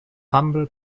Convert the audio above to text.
humble